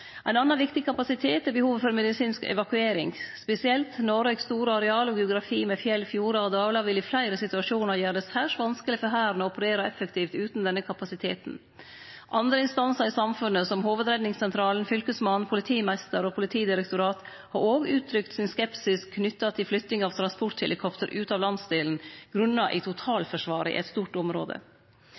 Ein annan viktig kapasitet er behovet for medisinsk evakuering. Spesielt Noregs store areal og geografi – med fjell, fjordar og dalar – vil i fleire situasjonar gjere det særs vanskeleg for Hæren å operere effektivt utan denne kapasiteten. Andre instansar i samfunnet, som Hovudredningssentralen, Fylkesmannen, politimeistrar og Politidirektoratet, har òg uttrykt skepsis knytt til flytting av transporthelikopter ut av landsdelen, grunna i totalforsvaret av eit stort område.